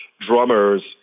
drummers